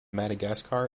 madagascar